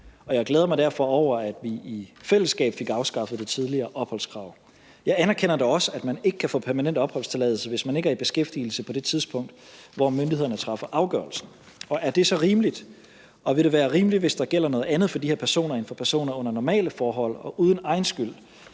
jeg glæder mig derfor over, at vi i fællesskab fik afskaffet det tidligere opholdskrav. Jeg anerkender da også, at man ikke kan få permanent opholdstilladelse, hvis man ikke er i beskæftigelse på det tidspunkt, hvor myndighederne træffer afgørelsen. Og er det så rimeligt? Og vil det være rimeligt, hvis der gælder noget andet for de her personer, end for personer under normale forhold, som uden egen skyld